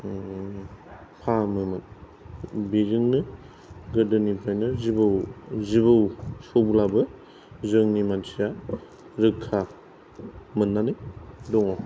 फाहामोमोन बेजोंनो गोदोनिफ्रायनो जिबौ जिबौ सौग्राबो जोंनि मानसिया रैखा मोननानै दङ